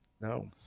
no